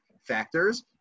factors